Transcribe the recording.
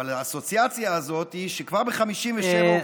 אבל האסוציאציה הזאת היא שכבר ב-1957 הוא כתב,